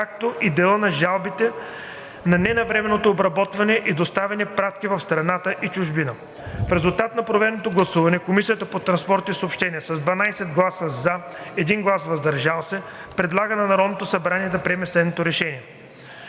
както и делът на жалбите за ненавременно обработените и доставените пратки в страната и в чужбина. В резултат на проведеното гласуване Комисията по транспорт и съобщения с 12 гласа „за“ и 1 глас „въздържал се“ предлага на Народното събрание да приеме следното решение: